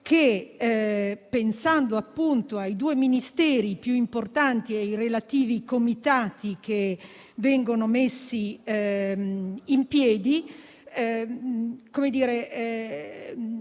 che, pensando appunto ai due Ministeri più importanti e ai relativi comitati che vengono messi in piedi, dà l'idea